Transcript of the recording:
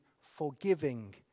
forgiving